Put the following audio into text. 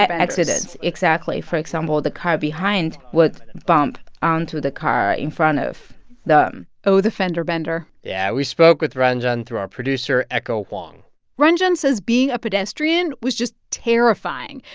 accidents exactly. for example, the car behind would bump onto the car in front of them oh, the fender bender yeah. we spoke with ranjan through our producer, echo wang ranjan says being a pedestrian was just terrifying.